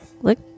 look